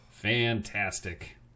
Fantastic